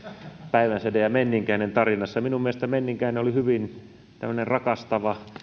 päivänsäde ja menninkäinen tarinassa minun mielestäni menninkäinen oli tämmöinen hyvin rakastava